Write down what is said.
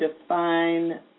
define